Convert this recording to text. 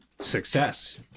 success